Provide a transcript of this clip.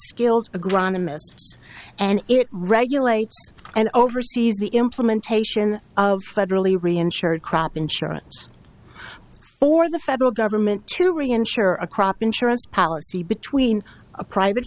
skilled agronomists and it regulates and oversees the implementation of federally reinsured crop insurance for the federal government to reinsure a crop insurance policy between a private